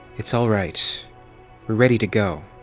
it's all right. we're ready to go.